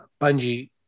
Bungie